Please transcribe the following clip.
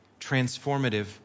transformative